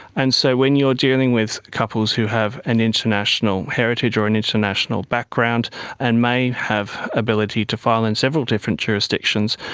and so when you are dealing with couples who have an international heritage or an international background and may have ability to file in several different jurisdictions,